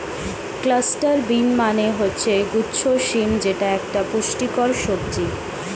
cluster bean মানে হচ্ছে গুচ্ছ শিম যেটা একটা পুষ্টিকর সবজি